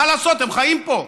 מה לעשות, הם חיים פה.